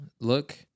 look